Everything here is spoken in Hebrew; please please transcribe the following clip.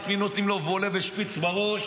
למי נותנים וולה ושפיץ בראש